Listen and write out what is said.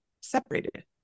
separated